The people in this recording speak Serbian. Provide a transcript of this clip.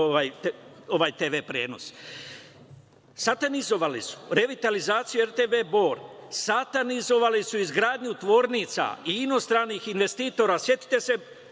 prenos? Satanizovali su revitalizaciju RTV Bor. Satanizovali su izgradnju tvornica i inostranih investitora. Setite se